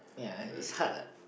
ya it's hard lah